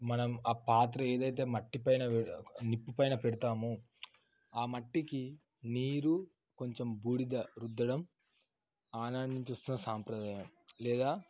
మనం ఆ పాత్ర ఏదైతే మట్టి పైన నిప్పు పైన పెడతాము ఆ మట్టికి నీరు కొంచెం బూడిద రుద్దడం ఆనాటి నుంచి వస్తున్న సంప్రదాయం లేదా